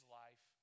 life